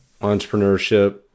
entrepreneurship